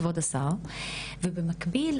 עוד צעד לתיקוני חקיקה שאנחנו נמליץ עליהם לכבוד השר ובמקביל,